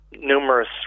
numerous